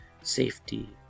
safety